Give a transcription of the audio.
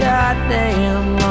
Goddamn